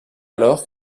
alors